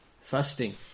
fasting